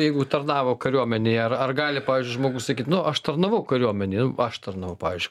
jeigu tarnavo kariuomenėj ar ar gali pavyzdžiui žmogus sakyt nu aš tarnavau kariuomenėj aš tarnavau pavyzdžiui